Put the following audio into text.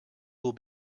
will